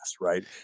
right